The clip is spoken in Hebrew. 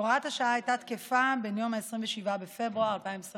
הוראת השעה הייתה תקפה מיום 27 בפברואר 2021